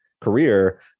career